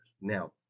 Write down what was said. Now